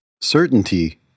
Certainty